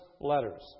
letters